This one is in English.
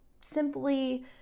simply